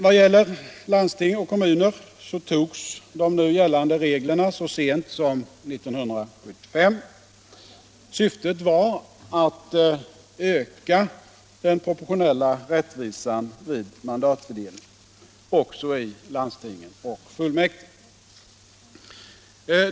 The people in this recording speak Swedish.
Vad gäller landsting och kommuner antogs de nu gällande reglerna så sent som år 1975. Syftet var att öka den proportionella rättvisan vid mandatfördelningen också i landsting och fullmäktige.